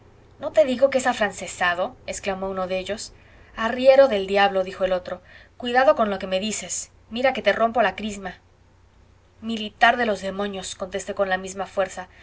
no digo que es afrancesado exclamó uno de ellos arriero del diablo dijo el otro cuidado con lo que me dices mira que te rompo la crisma militar de los demonios contesté con la misma fuerza yo no temo a la muerte